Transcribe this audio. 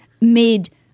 made